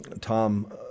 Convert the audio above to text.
Tom